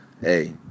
hey